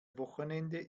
wochenende